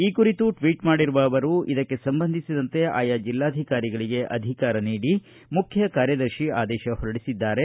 ಈ ಕುರಿತು ಟ್ವೀಟ್ ಮಾಡಿರುವ ಅವರು ಇದಕ್ಕೆ ಸಂಬಂಧಿಸಿದಂತೆ ಆಯಾ ಜಿಲ್ಲಾಧಿಕಾರಿಗಳಿಗೆ ಅಧಿಕಾರ ನೀಡಿ ಮುಖ್ಯ ಕಾರ್ಯದರ್ಶಿ ಆದೇಶ ಹೊರಡಿಸಿದ್ದಾರೆ